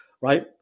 right